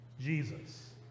Jesus